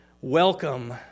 welcome